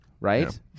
right